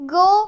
go